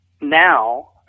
now